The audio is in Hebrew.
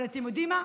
אבל אתם יודעים מה?